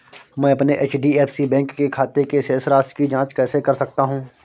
मैं अपने HDFC bank के खाते की शेष राशि की जाँच कैसे कर सकता हूँ?